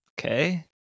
okay